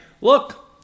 look